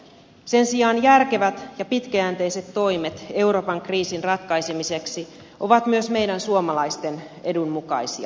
sen sijaan järkevät ja pitkäjänteiset toimet euroopan kriisin ratkaisemiseksi ovat myös meidän suomalaisten edun mukaisia